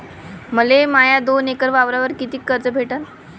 मले माया दोन एकर वावरावर कितीक कर्ज भेटन?